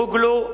אוגלו: